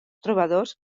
trobadors